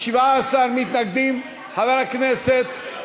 17 מתנגדים, חבר הכנסת.